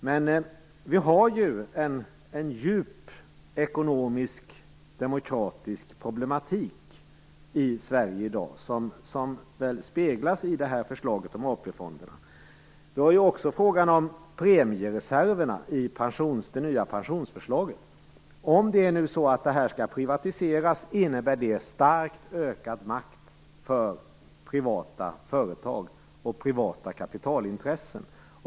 Men vi har ju en djup, ekonomisk, demokratisk problematik i Sverige i dag, vilket speglas i förslaget om Vi har också frågan om premiereserverna i det nya pensionsförslaget. Om de skall privatiseras innebär det starkt ökad makt åt privata företag och privata kapitalintressen.